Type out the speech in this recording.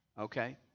Okay